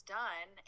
done